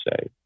say